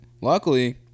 luckily